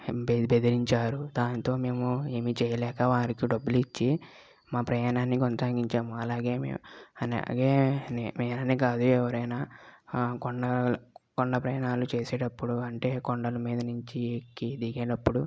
బె బెదిరించారు దానితో మేము ఏమి చేయలేక వారికి డబ్బులు ఇచ్చి మా ప్రయాణాన్ని కొనసాగించాము అలాగే నేను అనికాదు ఎవరైన కొండ కొండ ప్రయాణాలు చేసేటప్పుడు అంటే కొండల మీద నుంచి ఎక్కి దిగేటప్పుడు